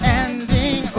ending